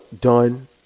done